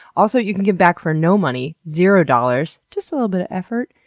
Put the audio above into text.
also, you can give back for no money, zero dollars, just a little bit of effort,